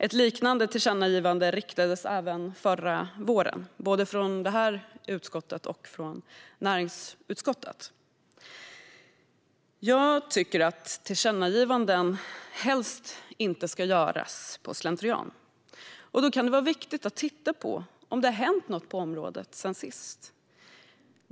Ett liknande tillkännagivande riktades även förra våren, både från detta utskott och från näringsutskottet. Jag tycker att tillkännagivanden helst inte ska göras slentrianmässigt. Då kan det vara viktigt att titta på om det har hänt något på området sedan sist.